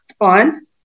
on